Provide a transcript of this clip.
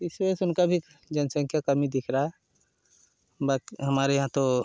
तो इस वजह से उनकी भी जनसंख्या कम ही दिख रहा बाकी हमारे यहाँ तो